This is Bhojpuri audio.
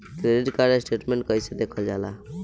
क्रेडिट कार्ड स्टेटमेंट कइसे देखल जाला?